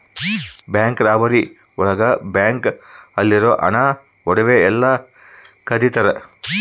bank robbery ಒಳಗ bank ಅಲ್ಲಿರೋ ಹಣ ಒಡವೆ ಎಲ್ಲ ಕದಿತರ